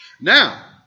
Now